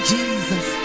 Jesus